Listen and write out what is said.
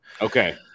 Okay